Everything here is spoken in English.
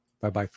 Bye-bye